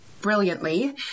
brilliantly